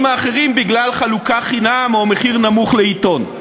האחרים בגלל חלוקה חינם או מחיר נמוך לעיתון.